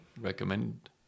recommend